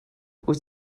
wyt